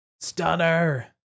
stunner